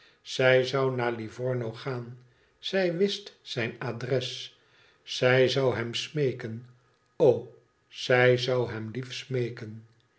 zij zoii naar livorno gaan zij wist zijn adres zij zou hem smeeken o zij zoii hem lief smeeken